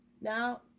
Now